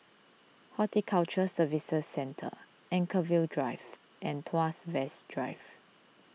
Horticulture Services Centre Anchorvale Drive and Tuas West Drive